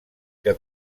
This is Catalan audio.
que